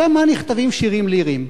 לשם מה נכתבים שירים ליריים?